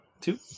two